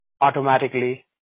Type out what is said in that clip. automatically